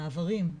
מעברים,